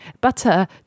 butter